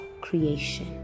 creation